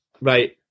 Right